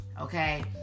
Okay